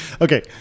okay